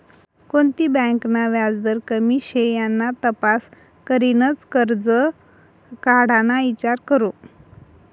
कोणती बँक ना व्याजदर कमी शे याना तपास करीनच करजं काढाना ईचार करो